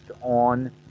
on